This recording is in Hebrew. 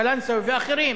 קלנסואה ואחרים.